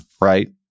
Right